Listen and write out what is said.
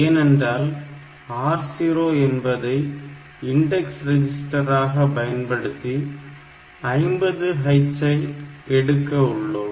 ஏனென்றால் R0 என்பதை index ரிஜிஸ்டராக பயன்படுத்தி 50h ஐ எடுக்க உள்ளோம்